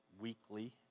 weekly